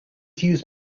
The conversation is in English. used